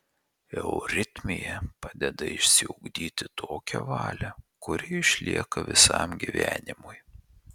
euritmija padeda išsiugdyti tokią valią kuri išlieka visam gyvenimui